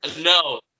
No